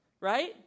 right